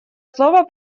слово